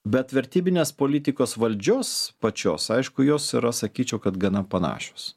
bet vertybinės politikos valdžios pačios aišku jos yra sakyčiau kad gana panašios